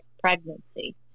pregnancy